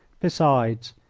besides,